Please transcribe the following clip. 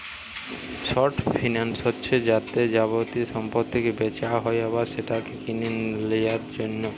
short finance হচ্ছে যাতে যাবতীয় সম্পত্তিকে বেচা হয় আবার সেটাকে কিনে লিয়ার জন্যে